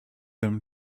him